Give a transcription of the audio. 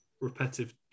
repetitive